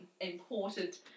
important